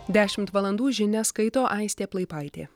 dešimt valandų žinias skaito aistė plaipaitė